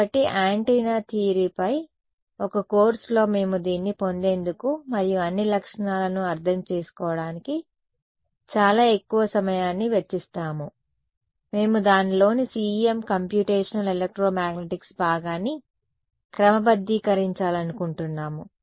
కాబట్టి యాంటెన్నా థియరీపై ఒక కోర్సులో మేము దీన్ని పొందేందుకు మరియు అన్ని లక్షణాలను అర్థం చేసుకోవడానికి చాలా ఎక్కువ సమయాన్ని వెచ్చిస్తాము మేము దానిలోని CEM కంప్యూటేషనల్ ఎలక్ట్రోమాగ్నెటిక్స్ భాగాన్ని క్రమబద్ధీకరించాలనుకుంటున్నాము